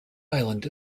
island